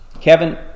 Kevin